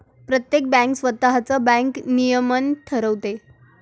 प्रत्येक बँक स्वतःच बँक नियमन ठरवते